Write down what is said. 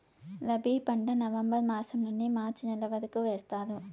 రబీ పంట నవంబర్ మాసం నుండీ మార్చి నెల వరకు వేస్తారు